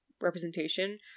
representation